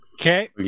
Okay